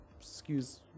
excuse